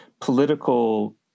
political